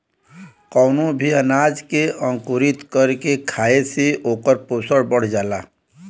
कवनो भी अनाज के अंकुरित कर के खाए से ओकर पोषण बढ़ जाला